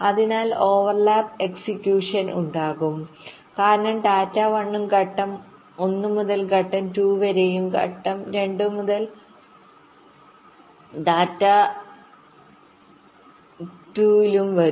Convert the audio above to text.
അതിനാൽ ഓവർലാപ്പ് എക്സിക്യൂഷൻഉണ്ടാകും കാരണം ഡാറ്റ 1 ഘട്ടം 1 മുതൽ ഘട്ടം 2 വരെയും ഡാറ്റ 2 ഘട്ടം 2 ലും വരും